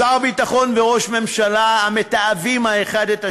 שר ביטחון וראש ממשלה המתעבים אחד את השני,